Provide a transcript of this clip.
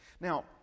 Now